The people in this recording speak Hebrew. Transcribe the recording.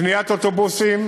בקניית אוטובוסים,